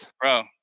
Bro